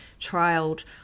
trialed